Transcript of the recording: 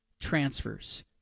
transfers